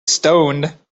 stoned